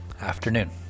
afternoon